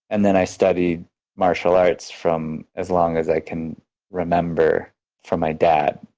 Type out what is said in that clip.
and then i studied martial arts from as long as i can remember from my dad.